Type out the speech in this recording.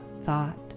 thought